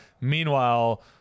Meanwhile